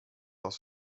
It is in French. dans